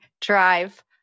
drive